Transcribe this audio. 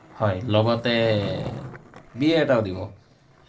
হয় লগতে বিয়েৰ এটাও দিব